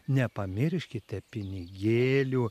nepamirškite pinigėlių